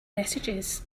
messages